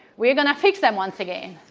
we are going to fix them once again.